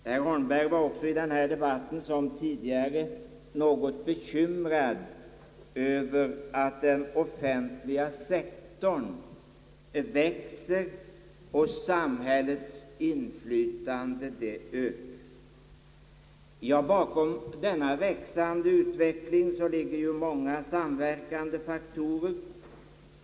Herr Holmberg var under debatten i går liksom tidigare något bekymrad över att den offentliga sektorn växer och att samhällets inflytande ökar. Ja, bakom denna växande utveckling ligger ju många faktorer.